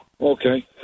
Okay